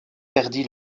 perdit